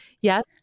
Yes